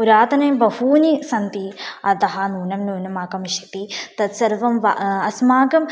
पुरातने बहूनि सन्ति अतः न्यूनं न्यूनम् आगमिष्यति तत्सर्वं वा अस्माकं